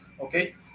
Okay